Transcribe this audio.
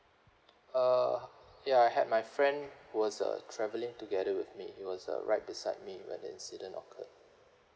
uh ya I had my friend who was uh travelling together with me he was uh right beside me when the incident occurred